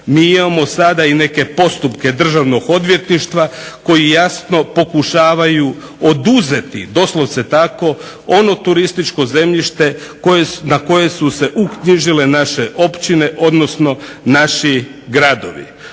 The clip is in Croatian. mi imamo sada neke postupke državnog odvjetništva koji jasno pokušavaju oduzeti doslovce tako ono turističko zemljište na koje su se uknjižile naše općine odnosno naši gradovi,